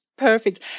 Perfect